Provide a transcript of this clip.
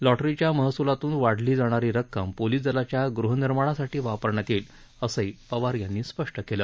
लॉटरीच्या महस्लातून वाढली जाणारी रक्कम पोलीस दलाच्या ग़हनिर्माणासाठी वापरण्यात येईल असंही पवार यांनी स्पष्ट केलं